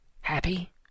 happy